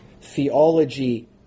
Theology